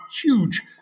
huge